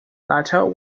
lytle